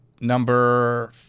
number